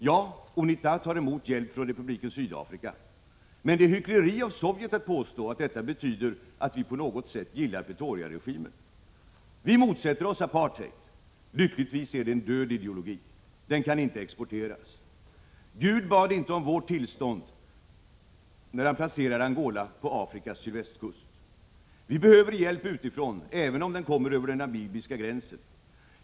Ja, UNITA tar emot hjälp från republiken Sydafrika, men det är hyckleri av Sovjet att påstå, att detta betyder att vi på något sätt gillar Pretoriaregimen. Vi motsätter oss apartheid. Lyckligtvis är det en död ideologi. Den kan inte exporteras. Gud bad inte om vårt tillstånd, när han placerade Angola på Afrikas sydvästkust. Vi behöver hjälp utifrån, även om den kommer över den namibiska gränsen.